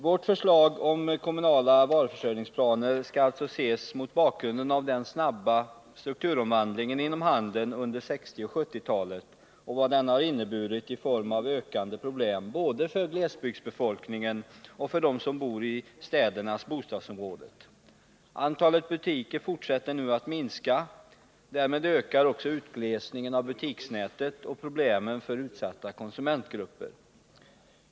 Vårt förslag om kommunala varuförsörjningsplaner skall alltså ses mot bakgrunden av den snabba strukturomvandlingen inom handeln under 1960 och 1970-talen och vad den har inneburit i form av ökande problem både för glesbygdsbefolkningen och för dem som bor i städernas bostadsområden. Antalet butiker fortsätter nu att minska. Därmed ökar utglesningen av butiksnätet och problemen för utsatta konsumentgrupper.